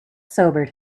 sobered